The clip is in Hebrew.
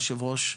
היושב-ראש,